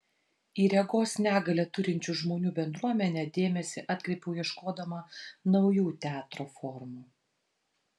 į regos negalią turinčių žmonių bendruomenę dėmesį atkreipiau ieškodama naujų teatro formų